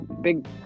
big